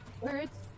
Words